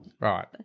right